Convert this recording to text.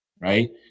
right